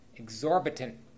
exorbitant